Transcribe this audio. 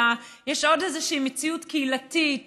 אלא יש עוד איזושהי מציאות קהילתית,